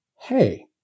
Hey